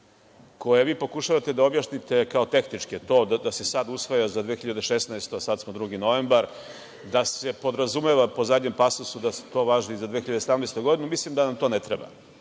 koje vi pokušavate da objasnite kao tehničke, to da se sada usvaja za 2016. a sada smo 2. novembar, da se podrazumeva po zadnjem pasusu da to važi i za 2017. godinu, mislim da vam to ne treba.